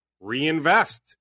reinvest